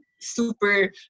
super